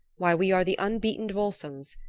why we are the unbeaten volsungs,